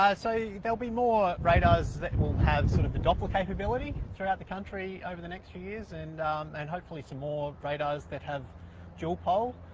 so there'll be more radars that will have sort of the doppler capability throughout the country over the next few years, and and hopefully some more radars that have dual pol.